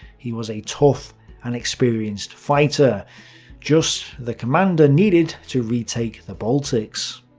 he was a tough and experienced fighter just the commander needed to retake the baltics.